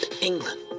England